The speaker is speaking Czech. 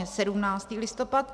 17. listopad